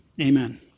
Amen